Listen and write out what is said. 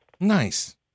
Nice